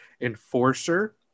enforcer